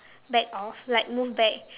backed off like move back